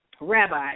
Rabbi